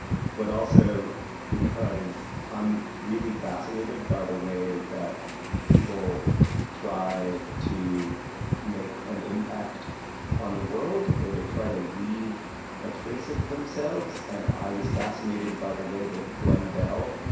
but also because i'm really fascinated by the way that people try to make an impact on the world or they try to leave a trace of themselves. and i was fascinated by the way that glen bell,